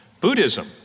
Buddhism